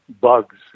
bugs